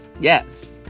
yes